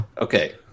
Okay